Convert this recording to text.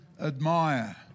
admire